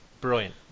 Brilliant